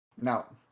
now